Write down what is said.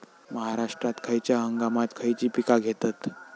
महाराष्ट्रात खयच्या हंगामांत खयची पीका घेतत?